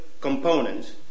components